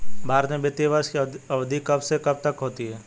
भारत में वित्तीय वर्ष की अवधि कब से कब तक होती है?